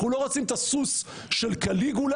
אנחנו לא רוצים את הסוס של קליגולה